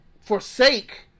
forsake